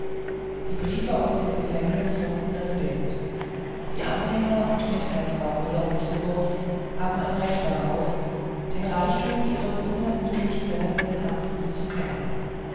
die briefe aus dem gefängnis runden das bild die anhänger und mitkämpfer rosa luxemburgs haben ein recht darauf den reichtum ihres unermüdlich quellenden herzens zu kennen